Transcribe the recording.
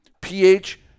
PH